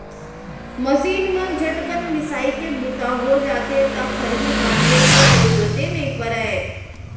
machine म झटकन मिंसाइ के बूता हो जाथे त खरही गांजे के जरूरते नइ परय